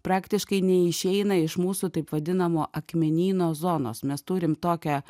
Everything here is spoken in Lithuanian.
praktiškai neišeina iš mūsų taip vadinamo akmenyno zonos mes turim tokią